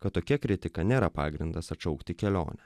kad tokia kritika nėra pagrindas atšaukti kelionę